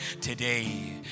today